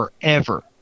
forever